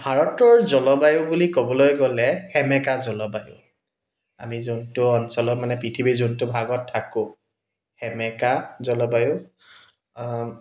ভাৰতৰ জলবায়ু বুলি ক'বলৈ গ'লে সেমেকা জলবায়ু আমি যোনটো অঞ্চলত মানে পৃথিৱীৰ যোনটো ভাগত থাকোঁ সেমেকা জলবায়ু